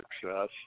success